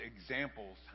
examples